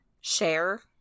share